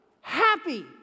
happy